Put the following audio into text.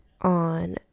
on